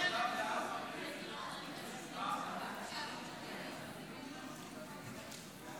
הבא על סדר-היום הצעת חוק זיכרון